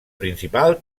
principal